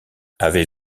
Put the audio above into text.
avez